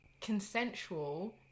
consensual